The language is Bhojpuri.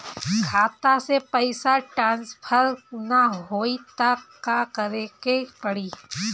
खाता से पैसा टॉसफर ना होई त का करे के पड़ी?